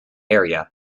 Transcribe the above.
area